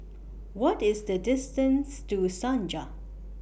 What IS The distance to Senja